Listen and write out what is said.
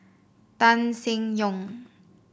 Tan Seng Yong